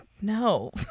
no